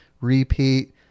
repeat